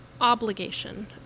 Obligation